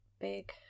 Big